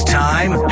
time